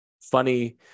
funny